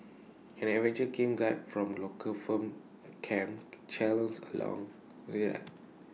an adventure camp guide from local firm camp challenge along